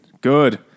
Good